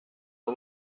the